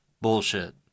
bullshit